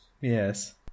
yes